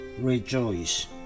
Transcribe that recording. rejoice